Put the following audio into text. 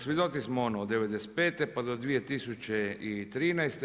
Svjedoci smo ono od '95. pa do 2013.